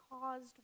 caused